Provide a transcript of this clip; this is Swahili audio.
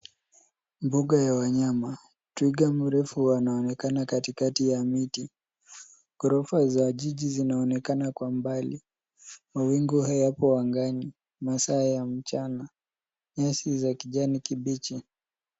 Mbuga ya wanyama. Twiga mrefu anaonekana katikati ya miti. Ghorofa za jiji zinaonekana kwa mbali. Mawingu yapo angani. Masaa ni ya mchana. Nyasi za kijani kibichi.